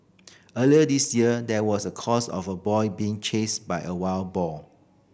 earlier this year there was a case of a boy being chased by a wild boar